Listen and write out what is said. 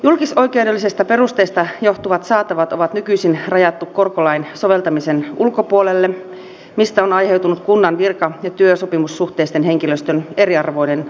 julkisoikeudellisesta perusteesta johtuvat saatavat on nykyisin rajattu korkolain soveltamisen ulkopuolelle mistä on aiheutunut kunnan virka ja työsopimussuhteisen henkilöstön eriarvoinen asema